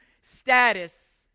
status